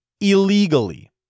illegally